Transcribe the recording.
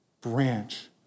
branch